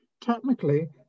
Technically